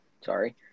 Sorry